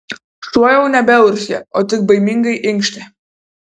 šuo jau nebeurzgė o tik baimingai inkštė